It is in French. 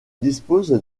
dispose